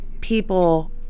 people